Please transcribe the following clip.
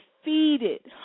defeated